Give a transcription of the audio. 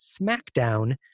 SmackDown